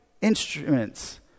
instruments